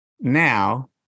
now